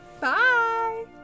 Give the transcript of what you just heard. Bye